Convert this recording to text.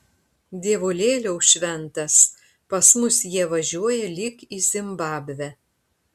dievulėliau šventas pas mus jie važiuoja lyg į zimbabvę